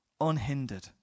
Unhindered